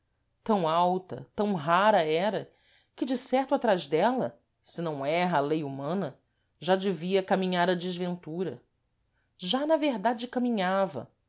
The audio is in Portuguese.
tam alta tam rara era que de certo atrás dela se não erra a lei humana já devia caminhar a desventura já na verdade caminhava